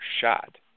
shot